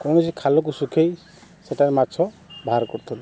କୌଣସି ଖାଲକୁ ଶୁଖାଇ ସେଇଟାରେ ମାଛ ବାହାର କରୁଥିଲୁ